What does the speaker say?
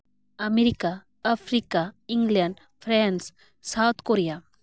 America Africa England France South Korea